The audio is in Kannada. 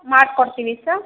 ಮಾಡ್ಕೊಡ್ತೀವಿ ಸ